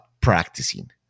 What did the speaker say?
practicing